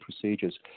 procedures